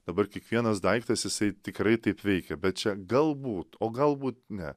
dabar kiekvienas daiktas jisai tikrai taip veikia bet čia galbūt o galbūt ne